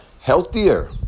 healthier